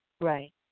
Right